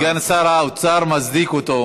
סגן שר האוצר מצדיק אותו.